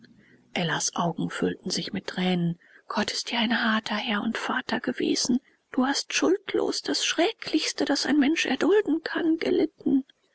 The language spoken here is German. ellas augen füllten sich mit tränen gott ist dir ein harter herr und vater gewesen du hast schuldlos das schrecklichste das ein mensch erdulden kann gelitten